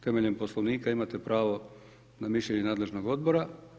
Temeljem Poslovnika imate pravo na mišljenje nadležnog odbora.